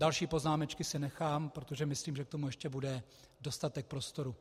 Další poznámečky si nechám, protože myslím, že k tomu ještě bude dostatek prostoru.